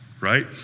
right